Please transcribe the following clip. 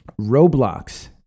Roblox